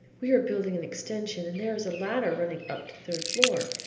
we are building an extension, and there is a ladder running up to the third floor,